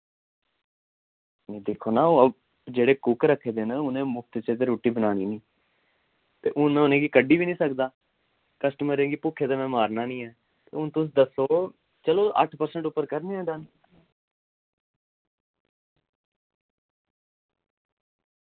हुन दिक्खो ना जेह्ड़े कुक रक्खे दे न उ'ने मुक्त च ते रुट्टी बनानी निं ते हुन में उ'नें गी कड्डी वि निं सकदा कस्टमरें गी पुक्खे दे ते में मारना निं ऐ हुन तुस दस्सो चलो अट्ठ परसेंट उप्पर करने आं डन